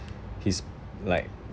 his like